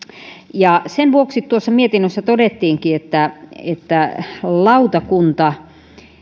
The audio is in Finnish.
sen vuoksi tuossa mietinnössä todettiinkin että että lautakunta